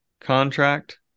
contract